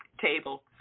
table